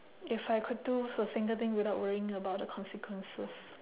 if I could do so single thing without worrying about the consequences